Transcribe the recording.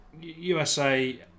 USA